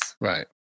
Right